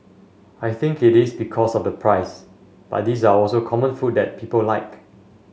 I think it is because of the price but these are also common food that people like